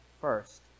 first